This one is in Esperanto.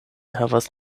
havas